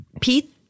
Pete